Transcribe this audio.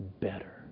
better